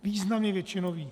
Významně většinový.